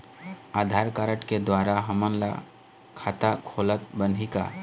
आधार card के द्वारा हमन ला खाता खोलत बनही का?